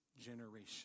generation